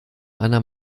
einer